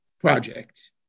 project